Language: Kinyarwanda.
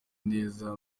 neza